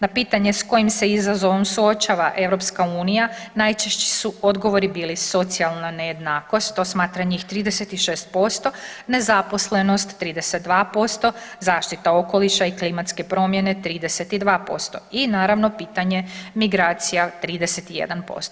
Na pitanje s kojim se izazovom suočava EU najčešći su odgovori bili socijalna nejednakost, to smatra njih 36%, nezaposlenost 32%, zaštita okoliša i klimatske promjene 32% i naravno pitanje migracija 31%